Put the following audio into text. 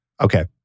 Okay